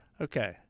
Okay